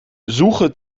suche